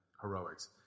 heroics